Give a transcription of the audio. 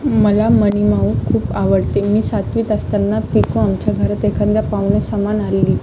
मला मनीमाऊ खूप आवडते मी सातवीत असतांना पिकू आमच्या घरात एखाद्या पाहुण्यासमान आली